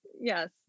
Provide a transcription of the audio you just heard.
Yes